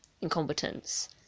incompetence